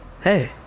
Hey